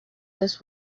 this